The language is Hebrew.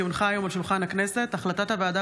כי הונחה היום על שולחן הכנסת החלטת הוועדה